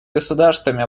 государствами